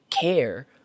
care